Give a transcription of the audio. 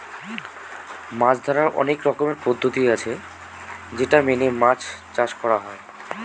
মাছ ধরার অনেক রকমের পদ্ধতি আছে যেটা মেনে মাছ চাষ করা হয়